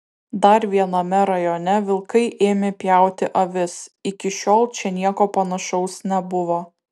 dar viename rajone vilkai ėmė pjauti avis iki šiol čia nieko panašaus nebuvo